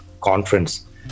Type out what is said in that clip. conference